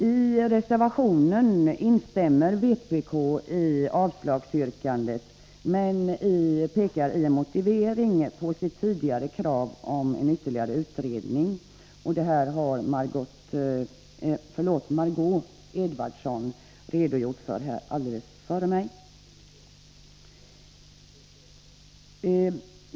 I reservationen instämmer vpk i avslagsyrkandet, men man pekar i motiveringen på sina tidigare krav på en ytterligare utredning, och det här har Margö Ingvardsson redogjort för nyss.